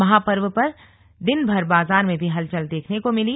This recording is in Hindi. महापर्व पर दिनभर बाजार में भी हलचल देखने को मिली